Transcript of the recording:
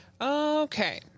Okay